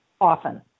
often